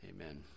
Amen